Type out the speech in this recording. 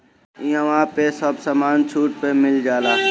इहवा पे सब समान छुट पे मिल जाला